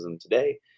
today